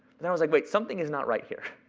and i was like, wait, something is not right here.